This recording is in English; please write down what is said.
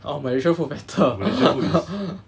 uh malaysia food better